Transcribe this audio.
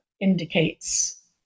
indicates